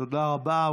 תודה רבה.